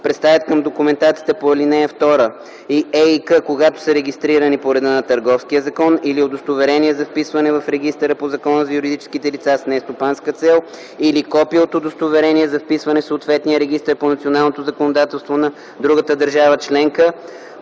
представят към документацията по ал. 2 и ЕИК, когато са регистрирани по реда на Търговския закон, или удостоверение за вписване в регистъра по Закона за юридическите лица с нестопанска цел, или копие от удостоверение за вписване в съответния регистър по националното законодателство на другата държава членка